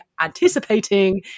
anticipating